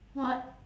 what